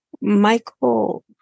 Michael